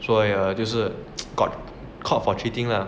所以 err 就是 got caught for cheating lah